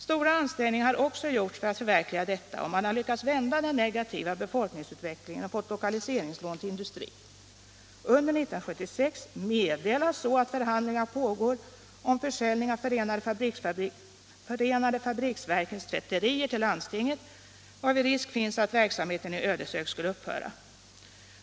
Stora ansträngningar har också gjorts för att förverkliga detta, och man har lyckats vända den negativa befolkningsutvecklingen och fått lokaliseringslån till industri. Under 1976 meddelas så att förhandlingar pågår om försäljning av förenade fabriksverkens tvätterier till landstinget, varvid risk finns att verksamheten i Ödeshög skulle upphöra.